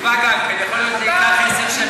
התשובה, יכול להיות שזה ייקח עשר שנים.